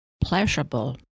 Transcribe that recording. pleasurable